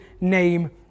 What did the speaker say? name